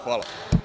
Hvala.